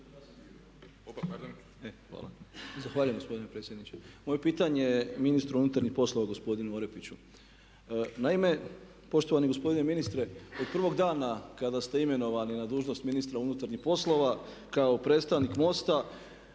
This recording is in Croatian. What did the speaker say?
Zahvaljujem gospodine predsjedniče. Moje pitanje je ministru unutarnjih poslova gospodinu Orepiću. Naime, poštovani gospodine ministre, od prvog dana kada ste imenovani na dužnost ministra unutarnjih poslova kao predstavnik MOST-a